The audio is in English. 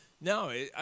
No